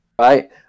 right